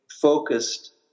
focused